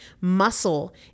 Muscle